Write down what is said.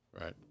right